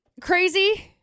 crazy